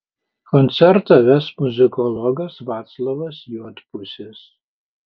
koncertą ves muzikologas vaclovas juodpusis